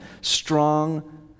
strong